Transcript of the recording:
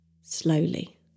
slowly